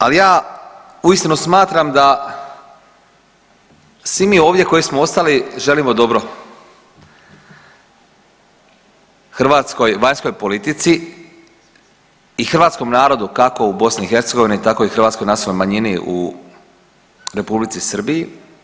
Ali ja uistinu smatram da svi mi ovdje koji smo ostali želimo dobro hrvatskoj vanjskoj politici i hrvatskom narodu, kako u BiH, tako i hrvatskoj nacionalnoj manjini u R. Srbiji.